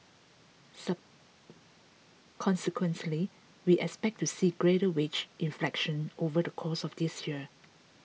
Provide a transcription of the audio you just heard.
consequently we expect to see greater wage inflation over the course of this year